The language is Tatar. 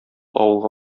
авылга